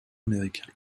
américains